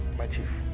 my chief.